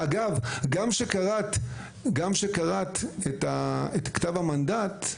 אגב, גם כשקראת את כתב המנדט,